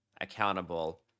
accountable